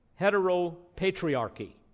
heteropatriarchy